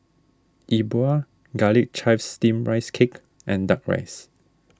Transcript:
Yi Bua Garlic Chives Steamed Rice Cake and Duck Rice